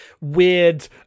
weird